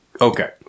Okay